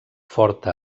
forta